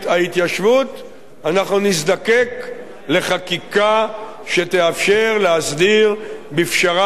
נזדקק לחקיקה שתאפשר להסדיר בפשרה הוגנת וראויה